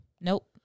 nope